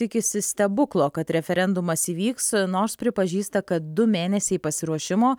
tikisi stebuklo kad referendumas įvyks nors pripažįsta kad du mėnesiai pasiruošimo